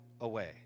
away